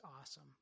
awesome